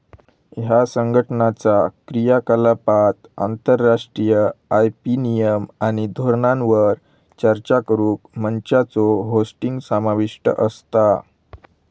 ह्या संघटनाचा क्रियाकलापांत आंतरराष्ट्रीय आय.पी नियम आणि धोरणांवर चर्चा करुक मंचांचो होस्टिंग समाविष्ट असता